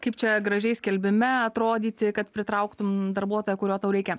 kaip čia gražiai skelbime atrodyti kad pritrauktum darbuotoją kurio tau reikia